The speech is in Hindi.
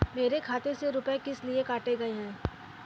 मेरे खाते से रुपय किस लिए काटे गए हैं?